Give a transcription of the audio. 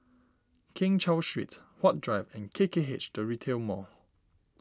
Keng Cheow Street Huat Drive and K K H the Retail Mall